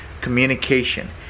communication